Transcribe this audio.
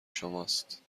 شماست